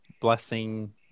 blessing